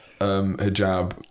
hijab